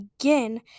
again